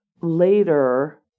later